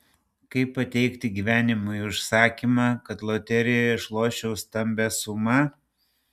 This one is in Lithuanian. kaip pateikti gyvenimui užsakymą kad loterijoje išloščiau stambią sumą